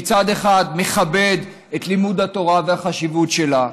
שמצד אחד מכבד את לימוד התורה ואת החשיבות שלה.